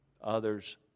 others